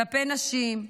כלפי נשים,